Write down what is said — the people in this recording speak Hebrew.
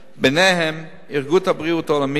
ביניהם ארגון הבריאות העולמי,